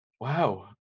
Wow